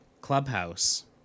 Clubhouse